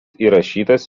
įrašytas